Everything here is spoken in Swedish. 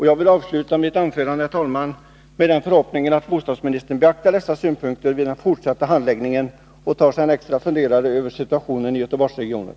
Jag vill avsluta mitt anförande med den förhoppningen att bostadsministern beaktar dessa synpunkter vid den fortsatta handläggningen och tar sig en extra funderare över situationen i Göteborgsregionen.